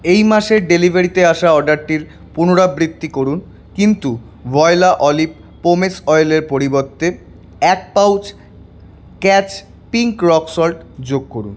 এই মাসে ডেলিভারিতে আসা অর্ডারটির পুনরাবৃত্তি করুন কিন্তু ভোয়লা ওলিভ পোমেস অয়েলের পরিবর্তে এক pouch Catch pink rock salt যোগ করুন